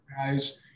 guys